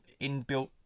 inbuilt